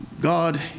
God